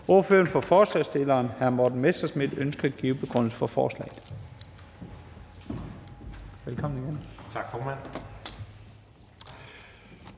Ordføreren for forslagsstillerne, hr. Morten Messerschmidt, ønsker at give en begrundelse for forslaget.